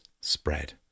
spread